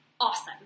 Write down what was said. awesome